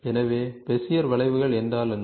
எனவே பெசியர் வளைவுகள் என்றால் என்ன